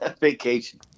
Vacation